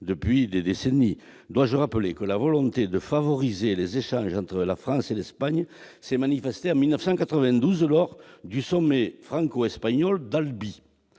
depuis des décennies. Dois-je rappeler que la volonté de favoriser les échanges entre la France et l'Espagne s'est manifestée, en 1992, lors du sommet franco-espagnol d'Albi